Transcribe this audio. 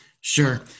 Sure